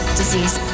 disease